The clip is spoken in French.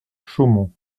chaumont